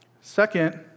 Second